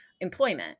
employment